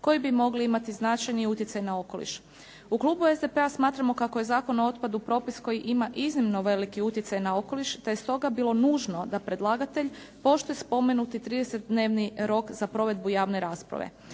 koji bi mogli imati značajni utjecaj na okoliš. U klubu SDP-a smatramo kako je Zakon o otpadu propis koji ima iznimno veliki utjecaj na okoliš te je stoga bilo nužno da predlagatelj poštuje spomenuti 30-dnevni rok za provedbu javne rasprave.